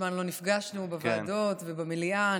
מזמן לא נפגשנו בוועדות ובמליאה.